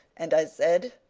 and i said,